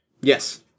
Yes